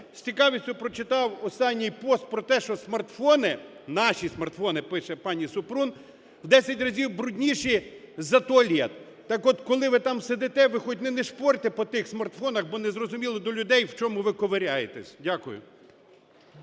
З цікавістю прочитав останній пост про те, щосмартфони, наші смартфони, пише пані Супрун, в десять разів брудніші за туалет. Так от, коли ви там сидите, ви хоч не нишпорте по тих смартфонах, бо не зрозуміло для людей, в чому ви ковиряєтесь. Дякую.